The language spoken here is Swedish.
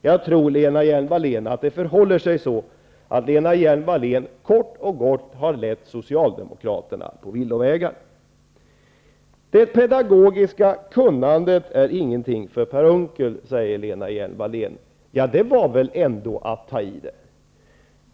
Jag tror att det förhåller sig så att Lena Hjelm Wallén kort och gott har lett Socialdemokraterna på villovägar. De pedagogiska kunnandet är ingenting för Per Unckel, säger Lena Hjelm-Wallén. Det var väl ändå att ta i!